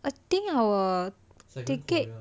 I think our ticket